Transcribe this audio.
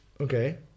Okay